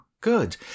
good